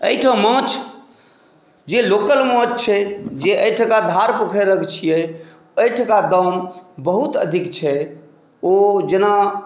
एहिठाम माछ जे लोकल माछ छै जे एहिठका धार पोखरिक छियै एहिठकाके दाम बहुत अधिक छै ओ जेना